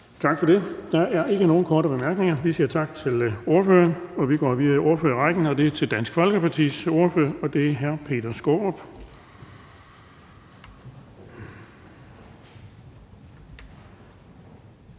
Tak for det. Der er ikke nogen korte bemærkninger. Vi siger tak til ordføreren. Vi går videre i ordførerrækken til Dansk Folkepartis ordfører. Det er hr. Peter Skaarup. Kl.